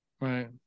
Right